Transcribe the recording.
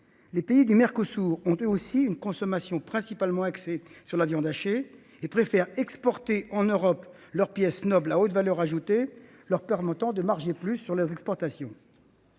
les pays du Mercosur ont, eux aussi, une consommation principalement axée sur la viande hachée et préfèrent exporter en Europe leurs pièces nobles à haute valeur ajoutée, leur permettant de marger plus sur leurs exportations.